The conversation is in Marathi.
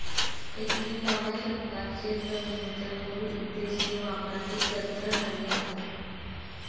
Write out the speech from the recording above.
एकविसाव्या शतकात शेतजमिनीच्या बहुउद्देशीय वापराची चर्चा झाली आहे